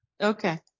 Okay